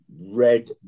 red